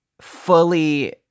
fully